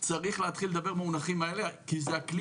וצריך להתחיל לדבר במונחים האלה כי זה הכלי